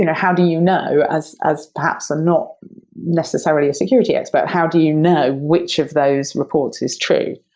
you know how do you know as as perhaps um not necessarily a security expert, how do you know which of those reports is true?